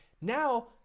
now